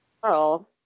Girl